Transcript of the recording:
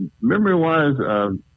memory-wise